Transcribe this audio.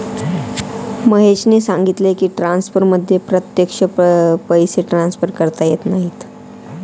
महेशने सांगितले की, ट्रान्सफरमध्ये प्रत्यक्ष पैसे ट्रान्सफर करता येत नाहीत